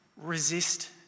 resist